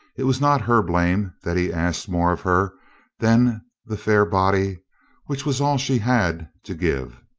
it was not her blame that he asked more of her than the fair body which was all she had to give.